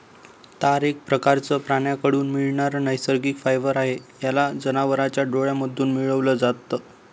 तार एक प्रकारचं प्राण्यांकडून मिळणारा नैसर्गिक फायबर आहे, याला जनावरांच्या डोळ्यांमधून मिळवल जात